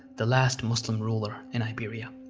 the last muslim ruler in iberia.